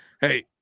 Hey